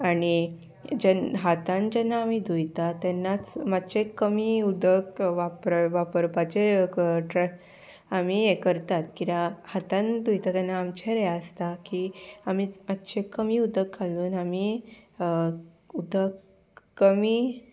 आनी जेन्ना हातान जेन्ना आमी धुयता तेन्नाच मातशें कमी उदक वापर वापरपाचें आमी हें करतात कित्याक हातान धुयता तेन्ना आमचेर हें आसता की आमी मात्शें कमी उदक घालून आमी उदक कमी